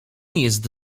jest